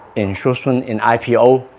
in schutzhund, in ipo